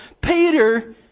Peter